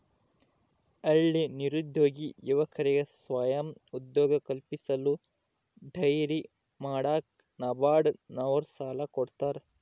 ಹಳ್ಳಿ ನಿರುದ್ಯೋಗಿ ಯುವಕರಿಗೆ ಸ್ವಯಂ ಉದ್ಯೋಗ ಕಲ್ಪಿಸಲು ಡೈರಿ ಮಾಡಾಕ ನಬಾರ್ಡ ನವರು ಸಾಲ ಕೊಡ್ತಾರ